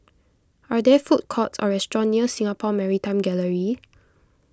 are there food courts or restaurants near Singapore Maritime Gallery